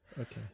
Okay